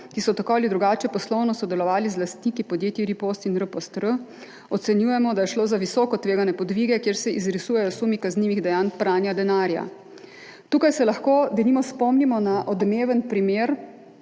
ki so tako ali drugače poslovno sodelovali z lastniki podjetij Ripost in R-POST-R, ocenjujemo, da je šlo za visoko tvegane podvige, kjer se izrisujejo sumi kaznivih dejanj pranja denarja. Tukaj se lahko denimo spomnimo na odmeven primer